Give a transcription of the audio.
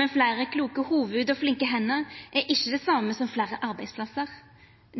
Men fleire kloke hovud og flinke hender er ikkje det same som fleire arbeidsplassar.